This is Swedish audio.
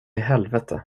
helvete